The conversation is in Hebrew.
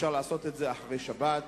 אפשר לעשות את זה אחרי שבת.